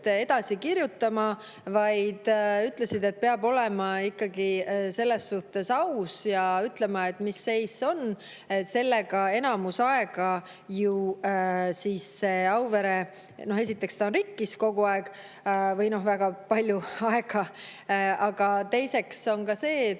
edasi kirjutama, vaid ütlesid, et peab olema ikkagi selles suhtes aus ja ütlema, mis seis sellega on. Enamus aega ju see Auvere … Esiteks, ta on rikkis kogu aeg või väga palju aega. Aga teiseks on see, et